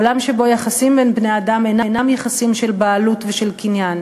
עולם שבו היחסים בין בני-אדם אינם יחסים של בעלות ושל קניין